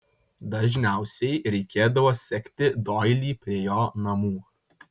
dažniausiai reikėdavo sekti doilį prie jo namų